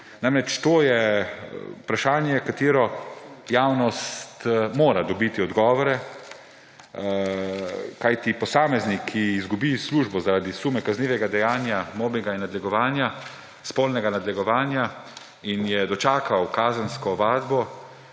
Namreč, to je vprašanje, na katero javnost mora dobiti odgovore. Kajti posameznik, ki izgubi službo zaradi suma kaznivega dejanja mobinga in nadlegovanja, spolnega nadlegovanja in je dokazal kazensko ovadbo,